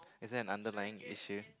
is there an underline issue